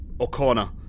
O'Connor